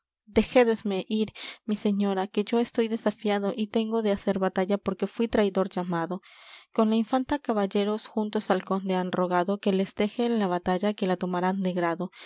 enojado dejédesme ir mi señora que yo estoy desafiado y tengo de hacer batalla porque fuí traidor llamado con la infanta caballeros juntos al conde han rogado que les deje la batalla que la tomarán de grado